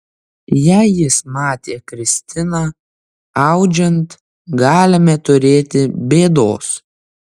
jei jis matė kristiną audžiant galime turėti bėdos